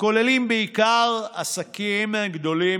כוללת בעיקר עסקים גדולים.